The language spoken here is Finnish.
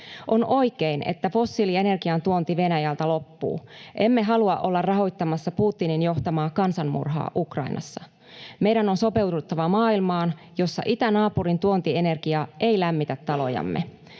On oikein, että fossiilienergian tuonti Venäjältä loppuu. Emme halua olla rahoittamassa Putinin johtamaa kansanmurhaa Ukrainassa. Meidän on sopeuduttava maailmaan, jossa itänaapurin tuontienergia ei lämmitä talojamme.